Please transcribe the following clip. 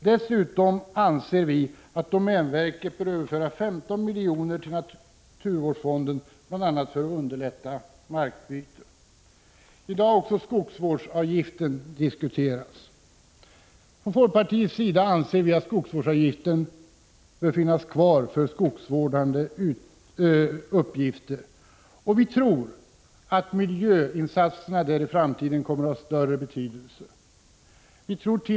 Dessutom anser vi att domänverket bör överföra 15 miljoner till naturvårdsfonden bl.a. för att underlätta markbyten. I dag har också skogsvårdsavgiften diskuterats. Från folkpartiets sida anser vi att denna avgift bör finnas kvar för skogsvårdande uppgifter, och vi tror att miljöinsatserna därvid i framtiden kommer att få större betydelse. Vi menar t.